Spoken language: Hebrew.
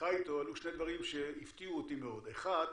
בשיחה איתו עלו שני דברים שהפתיעו אותי מאוד, אחת,